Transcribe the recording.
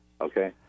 Okay